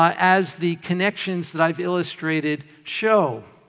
ah as the connections that i've illustrated show.